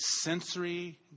sensory